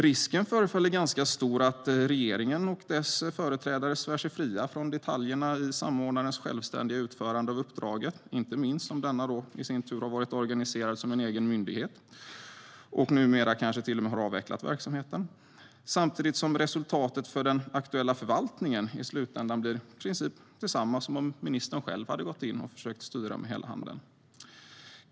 Risken förefaller ganska stor för att regeringen och dess företrädare svär sig fria från detaljerna i samordnarens självständiga utförande av uppdraget, inte minst om denne i sin tur har varit organiserad som en egen och numera kanske avvecklad myndighet, samtidigt som resultatet för den aktuella förvaltningen i slutändan blev i princip detsamma som om ministern själv hade gått in och försökt styra med hela handen.